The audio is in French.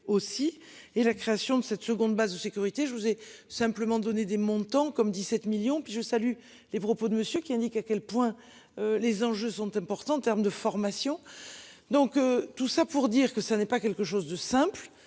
aussi et la création de cette seconde base de sécurité. Je vous ai simplement donner des montants comme 17 millions puis je salue les propos de monsieur qui indique à quel point. Les enjeux sont importants en termes de formation, donc tout ça pour dire que ça n'est pas quelque chose de simple,